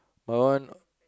my one